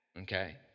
Okay